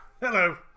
hello